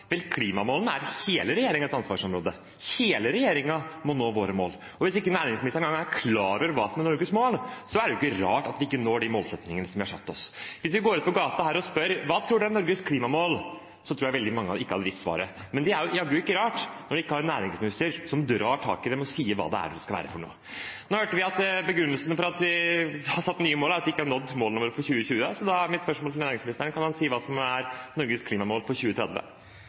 Vel, klimamålene er hele regjeringens ansvarsområde, hele regjeringen må nå våre mål. Hvis ikke næringsministeren engang er klar over hva som er Norges mål, er det ikke rart at vi ikke når de målsettingene som vi har. Hvis vi går ut på gaten her og spør hva folk tror er Norges klimamål, tror jeg veldig mange ikke hadde visst svaret. Det er jaggu ikke rart når man har en næringsminister som ikke tar tak i dem og sier hva de skal være. Nå hørte vi at begrunnelsen for at vi har satt nye mål, er at vi ikke har nådd målene våre for 2020. Så da er mitt spørsmål til næringsministeren: Kan han si hva som Norges klimamål for 2030?